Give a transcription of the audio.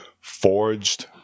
Forged